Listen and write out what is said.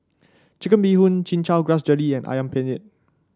Chicken Bee Hoon Chin Chow Grass Jelly and ayam penyet